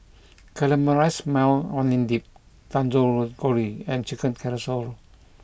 Caramelized Maui Onion Dip Dangojiru and Chicken Carrousel